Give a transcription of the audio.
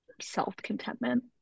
self-contentment